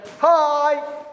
Hi